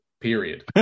period